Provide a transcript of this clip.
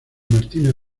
martínez